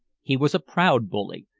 he was a proud bully,